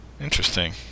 Interesting